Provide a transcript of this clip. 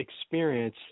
experience